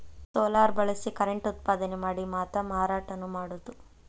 solar ಬಳಸಿ current ಉತ್ಪಾದನೆ ಮಾಡಿ ಮಾತಾ ಮಾರಾಟಾನು ಮಾಡುದು